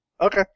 Okay